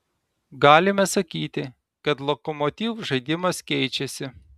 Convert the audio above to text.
galime sakyti kad lokomotiv žaidimas keičiasi